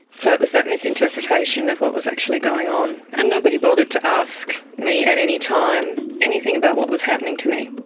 so it was that misinterpretation of what was actually going on. and nobody bothered to ask me at any time anything about what was happening to me.